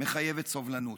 מחייב סובלנות.